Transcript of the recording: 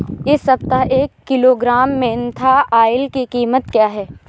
इस सप्ताह एक किलोग्राम मेन्था ऑइल की कीमत क्या है?